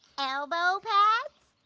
elbow pads,